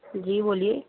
جی بولئے